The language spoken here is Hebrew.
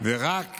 ורק